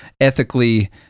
ethically